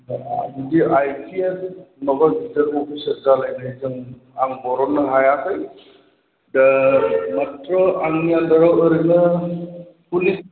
बिदि I P S माबा गिदिर अफिसार जालायनाय जों आं बर'ननो हायाखै दा माथ्र' आंनि आन्दाराव ओरैनो चल्लिस